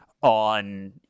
on